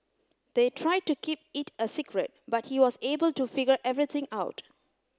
they tried to keep it a secret but he was able to figure everything out